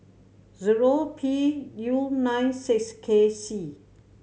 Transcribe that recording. zero P U nine six K C